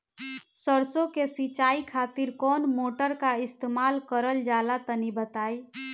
सरसो के सिंचाई खातिर कौन मोटर का इस्तेमाल करल जाला तनि बताई?